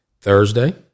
Thursday